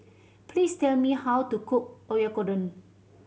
please tell me how to cook Oyakodon